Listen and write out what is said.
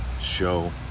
show